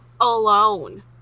alone